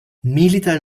milita